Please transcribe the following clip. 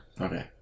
Okay